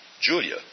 Julia